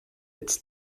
its